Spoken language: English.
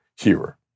hearer